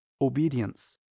obedience